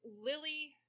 Lily